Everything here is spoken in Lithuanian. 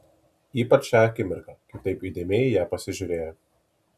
ypač šią akimirką kai taip įdėmiai į ją pasižiūrėjo